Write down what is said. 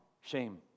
shame